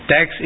Tax